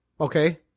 Okay